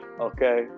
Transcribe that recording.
okay